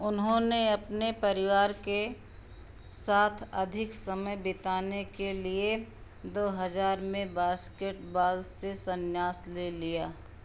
उन्होंने अपने परिवार के साथ अधिक समय बिताने के लिए दो हज़ार में बास्केटबाल से संन्यास ले लिया